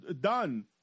done